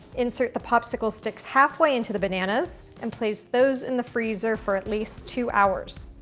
insert the popsicle sticks halfway into the bananas and place those in the freezer for at least two hours.